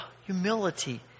humility